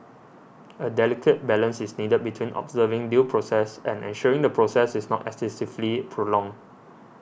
a delicate balance is needed between observing due process and ensuring the process is not excessively prolonged